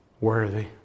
Worthy